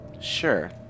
Sure